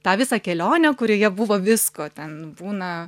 tą visą kelionę kurioje buvo visko ten būna